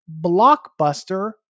blockbuster